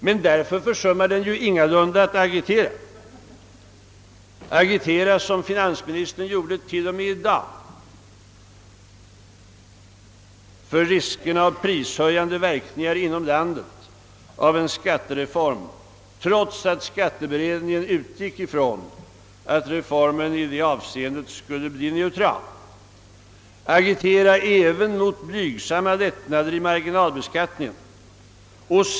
Men därför försummar den ingalunda att agitera, till och med agitera som finansministern gjorde i dag för riskerna av prishöjande verkningar inom landet av en skattereform, trots att skatteberedningen utgick ifrån att reformen i det avseendet skulle bli neutral. Den agiterar även mot blygsamma lättnader i marginalbeskattningen.